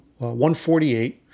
148